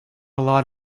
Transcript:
lot